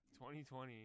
2020